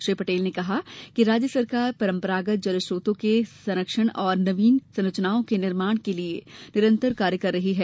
श्री पटेल ने कहा कि राज्य सरकार परम्परागत जल स्रोतों के संरक्षण और नवीन संरचनाओं के निर्माण के लिये निरंतर कार्य कर रही हैं